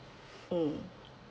mm